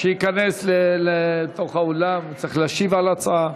שייכנס לאולם, הוא צריך להשיב על הצעה.